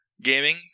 gaming